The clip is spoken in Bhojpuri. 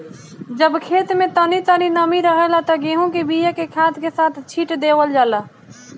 जब खेत में तनी तनी नमी रहेला त गेहू के बिया के खाद के साथ छिट देवल जाला